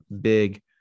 big